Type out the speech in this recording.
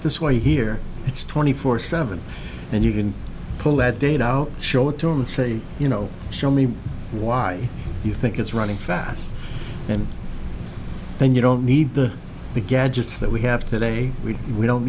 this way here it's twenty four seven and you can pull that data out show it to him and say you know show me why you think it's running fast and then you don't need the the gadgets that we have today we we don't